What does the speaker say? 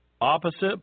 opposite